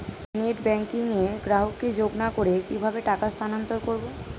Net banking এ গ্রাহককে যোগ না করে কিভাবে টাকা স্থানান্তর করব?